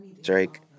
Drake